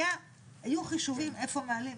היו חישובים איפה מעלים,